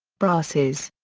brassey's.